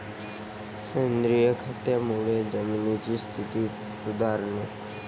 सेंद्रिय खतामुळे जमिनीची स्थिती सुधारते